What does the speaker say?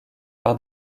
par